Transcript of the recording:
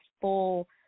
full